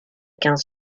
quinze